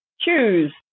choose